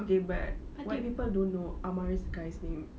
okay but white people don't know amar is a guy's name